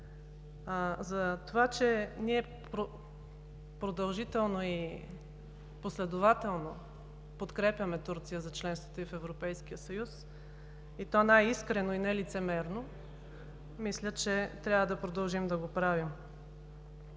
За това, че ние продължително и последователно подкрепяме Турция за членството ѝ в Европейския съюз – и то най-искрено, а не лицемерно, мисля, че трябва да продължим да го правим.